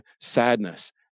sadness